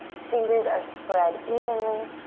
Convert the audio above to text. fingers are spread evenly,